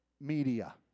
media